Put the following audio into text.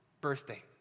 birthday